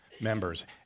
members